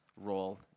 role